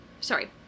Sorry